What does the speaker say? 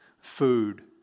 food